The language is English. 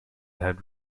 had